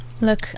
Look